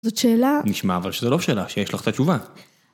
זאת שאלה - נשמע אבל שזה לא שאלה שיש לך את התשובה.